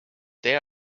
they